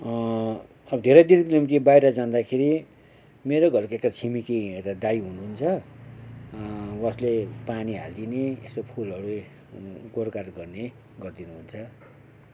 अब धेरै दिनको निम्ति बाहिर जाँदाखेरि मेरो घरका एक छिमेकी दाइ हुनुहुन्छ उहाँले पानी हालिदिने यसो फुलहरू गोड गाड गर्ने गरिदिनुहुन्छ